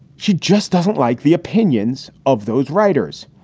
she just doesn't like the opinions of those writers.